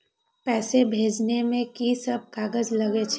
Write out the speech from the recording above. पैसा भेजे में की सब कागज लगे छै?